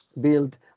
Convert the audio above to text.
build